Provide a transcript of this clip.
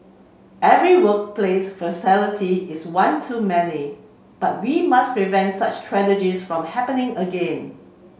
every workplace fatality is one too many and we must prevent such tragedy from happening again